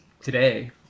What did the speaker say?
today